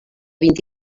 vint